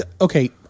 okay